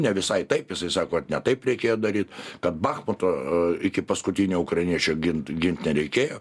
ne visai taip jisai sako ne taip reikėjo daryt kad bachmuto iki paskutinio ukrainiečio gint gint nereikėjo